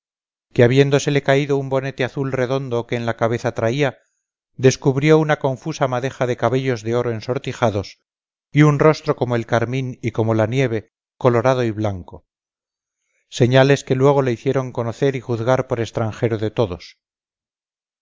que habiéndosele caído un bonete azul redondo que en la cabeza traía descubrió una confusa madeja de cabellos de oro ensortijados y un rostro como el carmín y como la nieve colorado y blanco señales que luego le hicieron conocer y juzgar por extranjero de todos